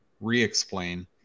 re-explain